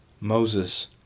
Moses